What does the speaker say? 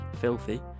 filthy